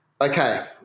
okay